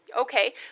Okay